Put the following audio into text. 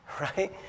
right